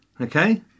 Okay